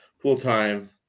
full-time